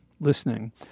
listening